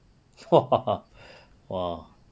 !wah! !wah!